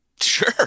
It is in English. Sure